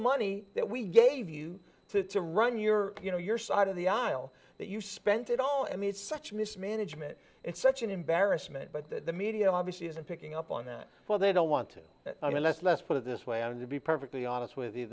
money that we gave you to run your you know your side of the aisle that you spent it all and it's such mismanagement it's such an embarrassment but the media obviously isn't picking up on that well they don't want to be less less put it this way and to be perfectly honest with you